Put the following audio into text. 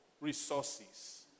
resources